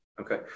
Okay